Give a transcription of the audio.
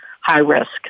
high-risk